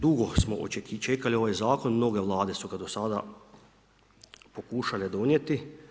Dugo smo čekali ovaj zakon, mnoge Vlade su ga do sada pokušale donijeti.